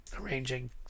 arranging